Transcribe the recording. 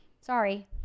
Sorry